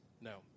No